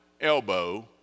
elbow